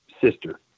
sister